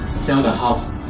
sell the house,